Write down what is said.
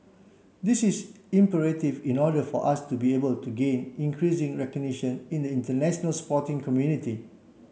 this is imperative in order for us to be able to gain increasing recognition in the international sporting community